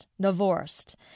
Divorced